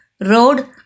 road